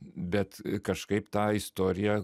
bet kažkaip tą istoriją